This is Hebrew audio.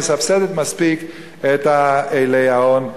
היא מסבסדת מספיק את אילי ההון,